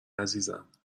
عزیزم